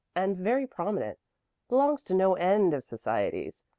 and very prominent belongs to no end of societies.